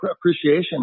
appreciation